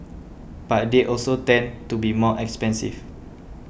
but they also tend to be more expensive